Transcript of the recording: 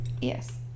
Yes